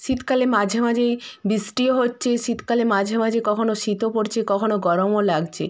শীতকালে মাঝে মাঝেই বৃষ্টিও হচ্ছে শীতকালে মাঝে মাঝে কখনো শীতও পড়ছে কখনো গরমও লাগছে